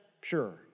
pure